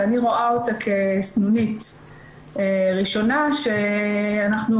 ואני רואה אותה כסנונית ראשונה שאנחנו